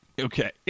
Okay